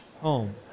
home